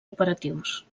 operatius